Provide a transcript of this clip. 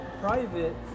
private